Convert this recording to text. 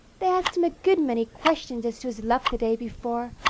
they asked him a good many questions as to his luck the day before,